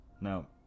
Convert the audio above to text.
Now